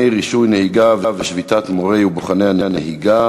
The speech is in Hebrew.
רישוי נהיגה ושביתת מורי ובוחני הנהיגה,